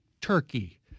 turkey